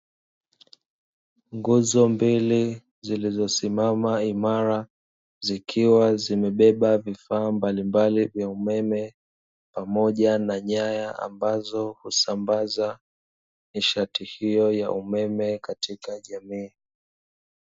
Nguzo mbili zilizosimama imara, zikiwa zimebeba vifaa mbalimbali vya umeme, pamoja na nyanya ambazo husambaza nishati hiyo ya umeme katika jamii.